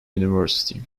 university